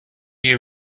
you